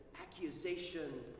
accusation